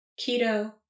Keto